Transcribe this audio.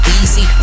easy